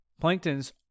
Plankton's